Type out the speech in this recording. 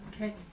Okay